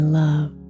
love